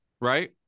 Right